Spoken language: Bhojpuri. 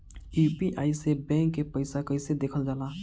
यू.पी.आई से बैंक के पैसा कैसे देखल जाला?